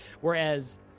whereas